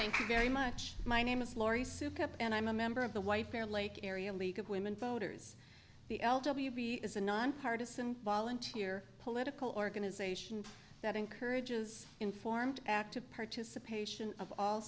thank you very much my name is lori souped up and i'm a member of the white bear lake area league of women voters is a nonpartisan volunteer political organization that encourages informed active participation of all